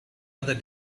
other